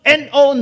no